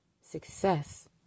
success